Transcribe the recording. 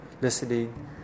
listening